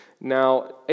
Now